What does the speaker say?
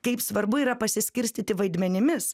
kaip svarbu yra pasiskirstyti vaidmenimis